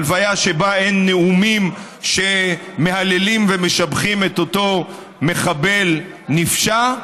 הלוויה שבה אין נאומים שמהללים ומשבחים את אותו מחבל נפשע.